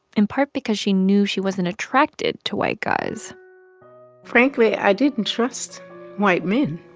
in part because she knew she wasn't attracted to white guys frankly, i didn't trust white men